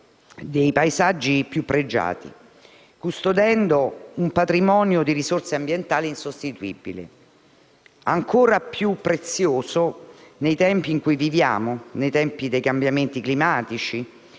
dei paesaggi più pregiati, custodendo un patrimonio di risorse ambientali insostituibile, ancora più prezioso nei tempi in cui viviamo, caratterizzati dai cambiamenti climatici